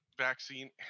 vaccine